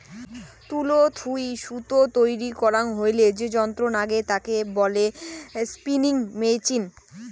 তুলো থুই সুতো তৈরী করাং হইলে যে যন্ত্র নাগে তাকে বলে স্পিনিং মেচিন